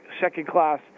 second-class